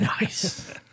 Nice